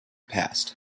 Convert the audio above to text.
passed